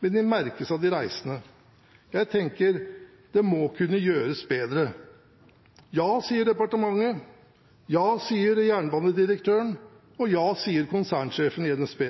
men de merkes av de reisende. Jeg tenker: Det må kunne gjøres bedre. Ja, sier departementet, ja, sier jernbanedirektøren, og ja, sier konsernsjefen i NSB.